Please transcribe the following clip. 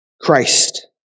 Christ